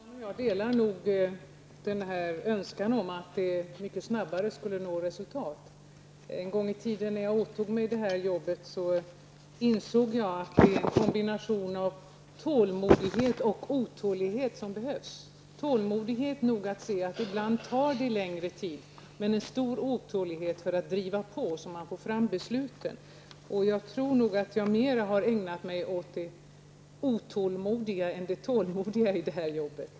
Herr talman! Ingela Mårtensson och jag delar nog önskan om att vi mycket snabbare skulle nå resultat. En gång i tiden när jag åtog mig det här arbetet insåg jag att det är en kombination av tålmodighet och otålighet som behövs. Man behöver tålmodighet nog att se att det ibland tar längre tid, men man behöver också en stor otålighet när det gäller att driva på så att man får fram besluten. Jag tror nog att jag mer har ägnat mig åt det otålmodiga än det tålmodiga i det här arbetet.